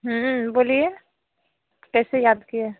बोलिए कैसे याद किये